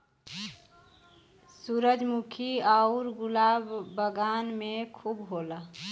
सूरजमुखी आउर गुलाब बगान में खूब होला